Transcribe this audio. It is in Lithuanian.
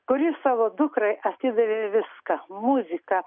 kuri savo dukrai atidavė viską muziką